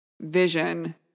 vision